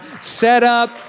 setup